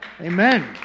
Amen